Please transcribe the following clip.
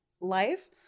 life